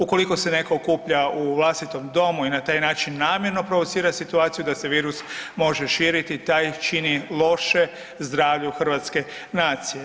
Ukoliko se netko okuplja u vlastitom domu i na taj način namjerno provocira situaciju da se virus može širiti taj čini loše zdravlju hrvatske nacije.